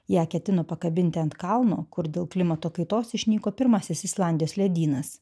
ją ketino pakabinti ant kalno kur dėl klimato kaitos išnyko pirmasis islandijos ledynas